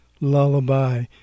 Lullaby